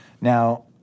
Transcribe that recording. Now